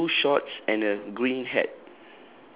blue shorts and a green hat